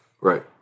Right